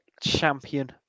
Champion